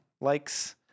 likes